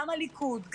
גם הליכוד,